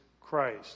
Christ